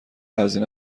هزینه